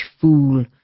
fool